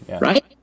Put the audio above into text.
right